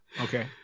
okay